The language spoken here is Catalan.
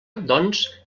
doncs